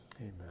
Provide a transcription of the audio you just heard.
amen